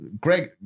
Greg